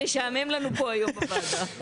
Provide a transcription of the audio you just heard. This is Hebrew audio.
שלא ישעמם לנו היום בוועדה.